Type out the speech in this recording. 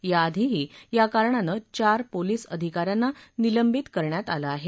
याआधीही या कारणानं चार पोलीस अधिका यांना निलंबित करण्यात आलं आहे